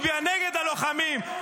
הצביע נגד הלוחמים.